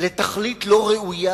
לתכלית לא ראויה,